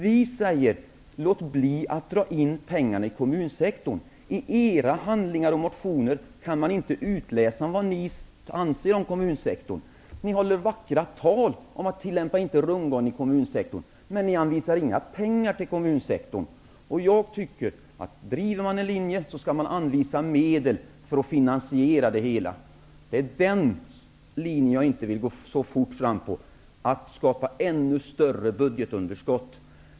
Vi säger: Låt bli att dra in pengar från kommunsektorn. I era handlingar och motioner kan man inte utläsa vad ni anser om kommunsektorn. Ni håller vackra tal om att man inte skall tillämpa rundgång i kommunsektorn, men ni anvisar inga pengar till kommunsektorn. Jag tycker att man, om man driver en linje, skall anvisa medel för att finansiera det hela. Men jag vill inte skapa ett ännu större budgetunderskott.